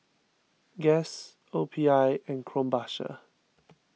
Guess O P I and Krombacher